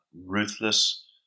ruthless